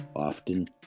Often